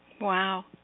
Wow